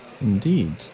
indeed